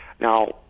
Now